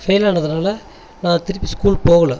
fail ஆனதுனால் நான் திருப்பி ஸ்கூல் போகல